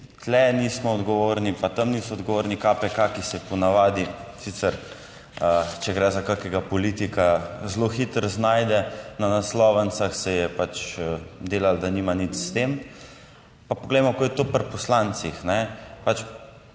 tu nismo odgovorni, pa tam niso odgovorni KPK, ki se po navadi sicer, če gre za kakšnega politika, zelo hitro znajde na naslovnicah, se je pač delalo, da nima nič s tem. Pa poglejmo, kako je to pri poslancih,